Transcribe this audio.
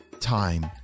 time